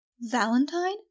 Valentine